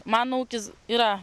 mano ūkis yra